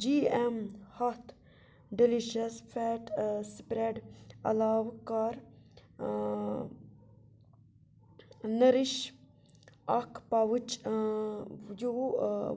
جی اٮ۪م ہَتھ delicious fat spread علاوٕ کَر نٔرِش اَکھ پَوٕچ یوٗ